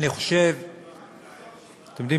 אתם יודעים